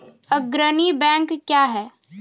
अग्रणी बैंक क्या हैं?